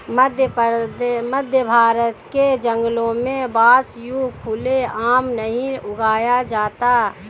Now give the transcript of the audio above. मध्यभारत के जंगलों में बांस यूं खुले आम नहीं उगाया जाता